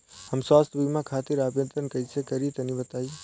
हम स्वास्थ्य बीमा खातिर आवेदन कइसे करि तनि बताई?